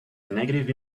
negative